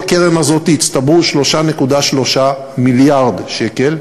בקרן הזאת הצטברו 3.3 מיליארד שקל,